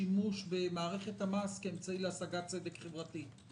השימוש במערכת המס כאמצעי להשגת צדק חברתי.